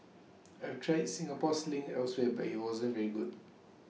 I've tried Singapore sling elsewhere but IT wasn't very good